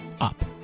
up